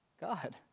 God